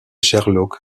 sherlock